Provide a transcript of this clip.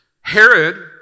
Herod